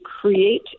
create